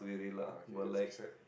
uh okay is accept